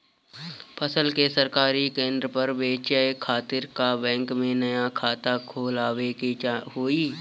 फसल के सरकारी केंद्र पर बेचय खातिर का बैंक में नया खाता खोलवावे के होई?